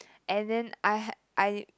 and then I had I